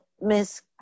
miss